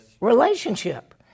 Relationship